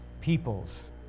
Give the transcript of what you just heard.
peoples